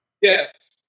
Yes